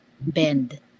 bend